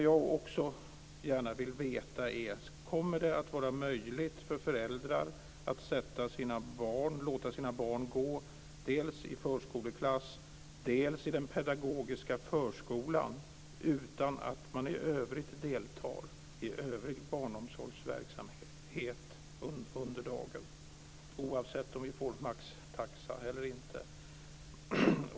Jag vill gärna veta om det kommer att vara möjligt för föräldrar att låta sina barn gå dels i förskoleklass, dels i den pedagogiska förskolan utan att de deltar i övrig barnomsorgsverksamhet under dagen - oavsett maxtaxa eller inte.